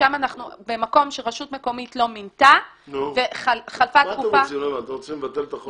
ומקום שרשות מקומית לא מינתה --- אתם רוצים לבטל את החוק?